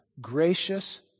gracious